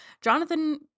Jonathan